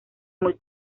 muy